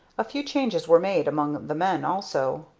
a few changes were made among the men also.